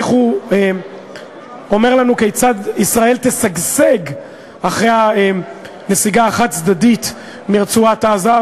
איך הוא אומר לנו כיצד ישראל תשגשג אחרי הנסיגה החד-צדדית מרצועת-עזה.